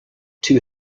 two